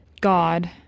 god